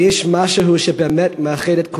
אבל יש משהו שבאמת מאחד את כולנו.